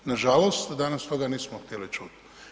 Nažalost, danas toga nismo htjeli čut.